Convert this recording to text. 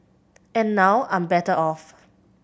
and now I'm better off